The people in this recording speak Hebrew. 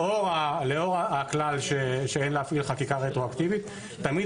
לאור הכלל שאין להפעיל חקיקה רטרואקטיבית תמיד